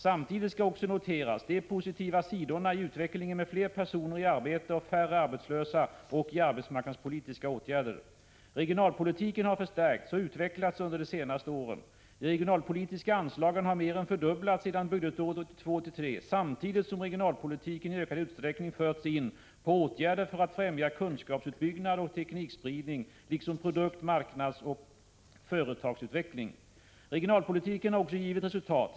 Samtidigt skall också noteras de positiva sidorna i utvecklingen med fler personer i arbete och färre arbetslösa och i arbetsmarknadspolitiska åtgärder. Regionalpolitiken har förstärkts och utvecklats under de senaste åren. De regionalpolitiska anslagen har mer än fördubblats sedan budgetåret 1982/83 samtidigt som regionalpolitiken i ökad utsträckning förts in på åtgärder för att främja kunskapsuppbyggnad och teknikspridning liksom produkt-, marknadsoch företagsutveckling. Regionalpolitiken har också givit resultat.